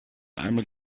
einmal